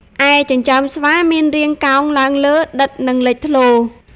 ឯ ចិញ្ចើមស្វា មានរាងកោងឡើងលើ ដិត និងលេចធ្លោ។